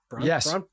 Yes